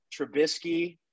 Trubisky